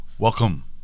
Welcome